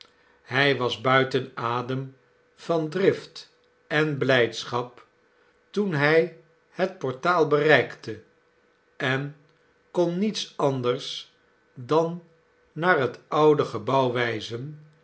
hij was buiten adem van drift en blijdschap toen hij het portaal bereikte en kon eerst niets anders dan naar het oude gebouw wijzen